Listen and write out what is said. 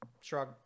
Shrug